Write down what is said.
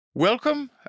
Welcome